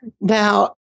Now